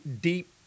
deep